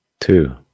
two